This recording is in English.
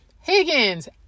Higgins